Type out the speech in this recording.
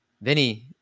Vinny